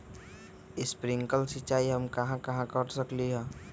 Sprinkle सिंचाई हम कहाँ कहाँ कर सकली ह?